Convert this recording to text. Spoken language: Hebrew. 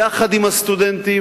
יחד עם הסטודנטים,